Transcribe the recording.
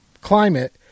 climate